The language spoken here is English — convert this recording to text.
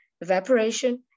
evaporation